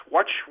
Watch